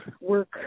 work